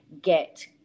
get